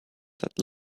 that